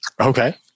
Okay